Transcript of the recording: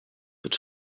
but